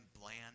bland